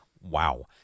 Wow